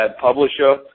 publisher